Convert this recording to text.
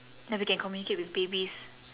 then we can communicate with babies